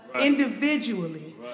individually